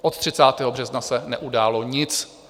Od 30. března se neudálo nic.